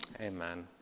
Amen